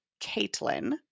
Caitlin